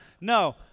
No